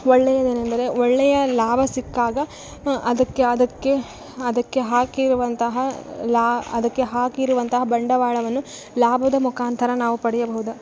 ಒಳ್ಳೇದೇನೆಂದರೆ ಒಳ್ಳೆಯ ಲಾಭ ಸಿಕ್ಕಾಗ ಅದಕ್ಕೆ ಅದಕ್ಕೆ ಅದಕ್ಕೆ ಹಾಕಿರುವಂತಹ ಲಾ ಅದಕ್ಕೆ ಹಾಕಿರುವಂತಹ ಬಂಡವಾಳವನ್ನು ಲಾಭದ ಮುಖಾಂತರ ನಾವು ಪಡೆಯಬಹುದು